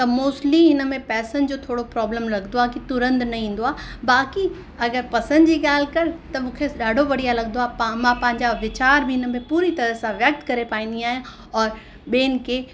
त मोस्ट्ली हिन में पैसनि जो थोरो प्रॉब्लम लॻंदो आहे की तुरंत न ईंदो आहे बाक़ी अगरि पसंदि जी ॻाल्हि कर त मूंखे ॾाढो बढ़िया लॻंदो आहे पा मां पंहिंजा वीचार बि हिन में पूरी तरह सां व्यक्त करे पाईंदी आहियां औरि ॿियनि खे